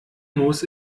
muss